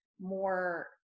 more